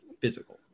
physical